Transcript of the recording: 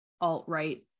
alt-right